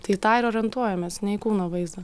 tai į tą ir orientuojamės ne į kūno vaizdą